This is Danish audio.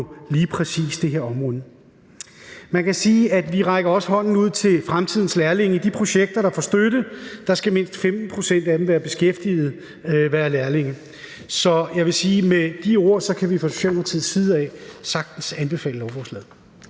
lige præcis det her område. Man kan sige, at vi også rækker hånden ud til fremtidens lærlinge. I de projekter, der får støtte, skal mindst 15 pct. af de beskæftigede være lærlinge. Med de ord vil jeg sige, at vi fra Socialdemokratiets side sagtens kan anbefale lovforslaget.